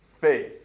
Faith